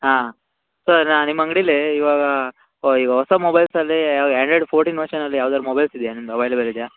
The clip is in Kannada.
ಹಾಂ ಸರ್ ನಾನು ನಿಮ್ಮ ಅಂಗಡೀಲಿ ಇವಾಗ ಓ ಈಗ ಹೊಸ ಮೊಬೈಲ್ಸ್ ಅಲ್ಲೀ ಯಾವ ಆಂಡ್ರಾಯ್ಡ್ ಫೋರ್ಟೀನ್ ವರ್ಷನ್ ಅಲ್ಲಿ ಯಾವುದಾರು ಮೊಬೈಲ್ಸ್ ಇದೆಯಾ ನಿಮ್ದು ಅವೈಲೇಬಲ್ ಇದೆಯಾ